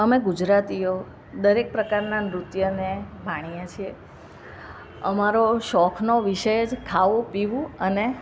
અમે ગુજરાતીઓ દરેક પ્રકારના નૃત્યને માણીએ છીએ અમારો શોખનો વિષય જ ખાવું પીવું અને